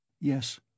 Yes